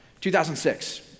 2006